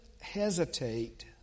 hesitate